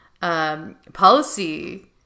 policy